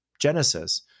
Genesis